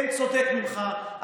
אין צודק ממך,